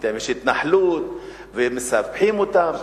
בינתיים יש התנחלות ומספחים אותה.